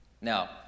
Now